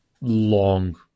long